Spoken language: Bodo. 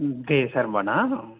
दे सार होमबा ना औ